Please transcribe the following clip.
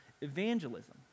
evangelism